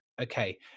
okay